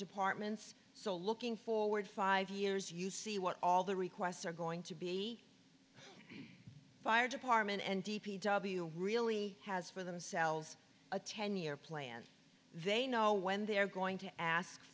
departments so looking forward five years you see what all the requests are going to be fire department and d p w really has for themselves a ten year plan they know when they're going to ask